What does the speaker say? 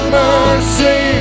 mercy